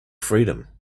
freedom